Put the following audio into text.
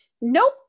Nope